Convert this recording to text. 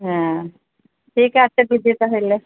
হ্যাঁ ঠিক আছে দিদি তাহলে